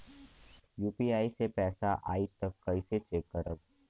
UPI से पैसा आई त कइसे चेक खरब?